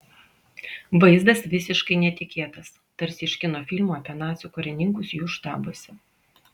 vaizdas visiškai netikėtas tarsi iš kino filmų apie nacių karininkus jų štabuose